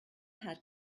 had